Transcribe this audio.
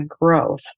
growth